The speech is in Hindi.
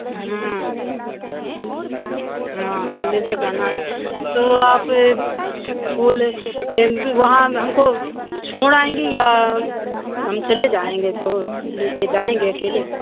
हाँ हाँ मंदिर सजाना है तो आप फूल वहाँ हमको छोड़ आएंगे या हम चले जाएंगे तो ले के जाएंगे अकेले